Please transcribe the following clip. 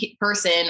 person